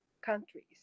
countries